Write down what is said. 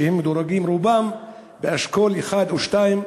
שמדורגים רובם באשכול 1 או 2,